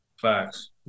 Facts